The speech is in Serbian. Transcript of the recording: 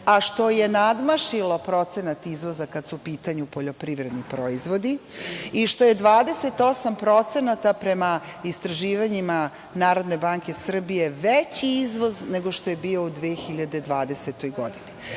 a što nadmašilo procenat izvoza kada su u pitanju poljoprivredni proizvodi i što je 28% prema istraživanjima NBS veći izvoz nego što je bio u 2020. godini.